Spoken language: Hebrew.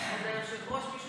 אדוני היושב-ראש.